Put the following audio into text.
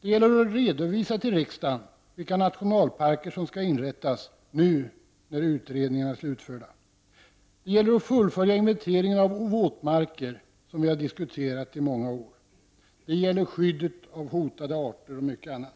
Det gäller att man redovisar för riksdagen vilka nationalparker som skall inrättas, nu när utredningarna är slutförda. Det gäller att fullfölja inventeringen av våtmarker, som vi har diskuterat i många år, det gäller skyddet av hotade arter och mycket annat.